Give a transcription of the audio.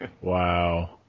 Wow